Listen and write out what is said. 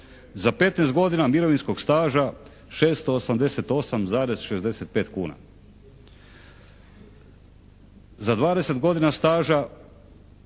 Za 15 godina mirovinskog staža 688,65 kuna. Za 20 godina staža